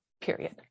period